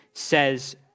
says